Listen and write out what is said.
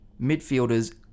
midfielders